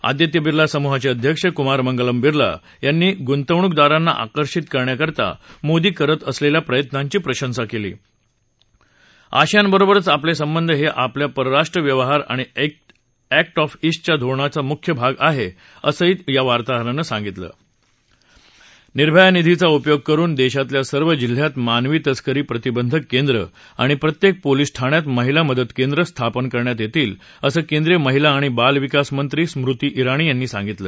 आदित्य बिर्ला समूहाचे अध्यक्ष कुमार मक्रिप बिर्ला याप्ती गुनवणुक दाराप्ती आकर्षित कण्याकरिता मोदी करत असलेल्या प्रयत्नाधी प्रशस्त केली असेआमच्या वार्ताहारानं साधितल अशीयान बरोबरचे आपले सक्कीहे आपल्या परराष्ट्र व्यवहार आणि ऍक्टईस्ट्योरणाचा मुख्य भाग आहे असहीया वार्ताहारानं साशितल निर्भया निधीचा उपयोग करुन दक्षितल्या सर्व जिल्ह्यात मानवी तस्करी प्रतिबंधक केंद्र आणि प्रत्यक्त पोलीस ठाण्यात महिला मदत केंद्र स्थापन करण्यात यर्तील असं केंद्रीय महिला आणि बालविकास मंत्री स्मृती आणी यांनी सांगितलं